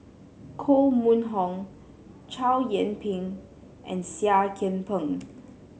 Koh Mun Hong Chow Yian Ping and Seah Kian Peng